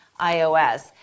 iOS